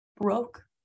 broke